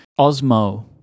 osmo